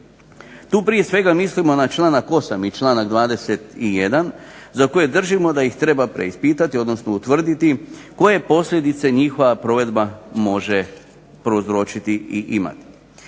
Tu prije svega mislimo za članak 8. i članak 21. za koje držimo da ih treba preispitati odnosno utvrditi koje posljedice njihova provedba može prouzročiti i imati.